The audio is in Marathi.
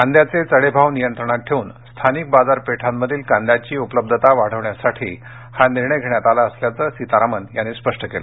कांद्याचे चढे भाव नियंत्रणात ठेवून स्थानिक बाजारापेठांमधील कांद्याची उपलब्धता वाढवण्यासाठी हा निर्णय घेण्यात आला असल्याचं सीतारामन यांनी स्पष्ट केलं